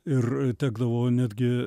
ir tekdavo netgi